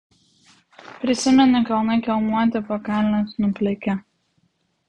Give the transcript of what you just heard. prisimeni kalnai kelmuoti pakalnės nuplikę